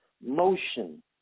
motion